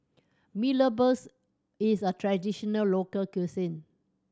Mee Rebus is a traditional local cuisine